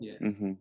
Yes